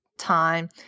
time